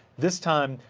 this time,